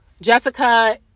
Jessica